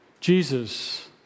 Jesus